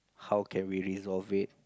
how can we resolve it